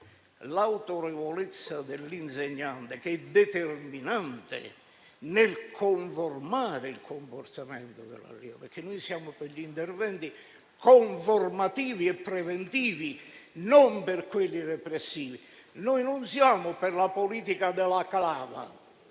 L'autorevolezza dell'insegnante è determinante nel conformare il comportamento dell'allievo, perché noi siamo per gli interventi conformativi e preventivi, non per quelli repressivi. Noi non siamo per la politica della clava: